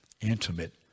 intimate